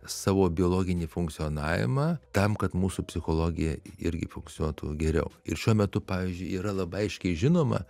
savo biologinį funkcionavimą tam kad mūsų psichologija irgi funkcionuotų geriau ir šiuo metu pavyzdžiui yra labai aiškiai žinoma